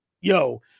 yo